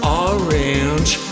orange